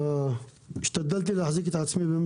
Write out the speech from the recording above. השתדלתי להחזיק את עצמי.